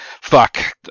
fuck